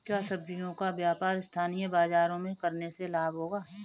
क्या सब्ज़ियों का व्यापार स्थानीय बाज़ारों में करने से लाभ होगा?